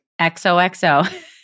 XOXO